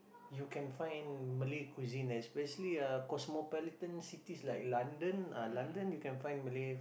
you can find Malay cuisine especially uh cosmopolitan cities like London ah London you can find Malay